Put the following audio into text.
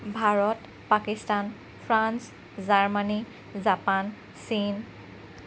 Bharat Pakistan France জাৰ্মানী Japan চীন